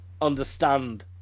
understand